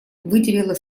выделила